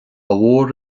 mhór